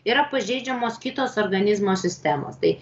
yra pažeidžiamos kitos organizmo sistemos tai